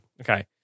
Okay